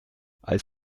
als